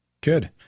Good